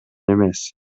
эмес